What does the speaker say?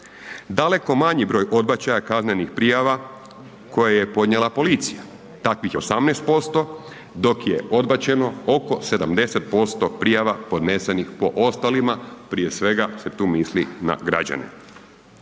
Daleko manji broj odbačaja kaznenih prijava koje je podnijela policija, takvih je 18%, dok je odbačeno oko 70% prijava podnesenih po ostalima, prije svega se tu misli na građane.